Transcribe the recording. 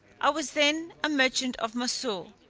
i was then a merchant of moussol,